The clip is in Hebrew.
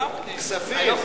כספים.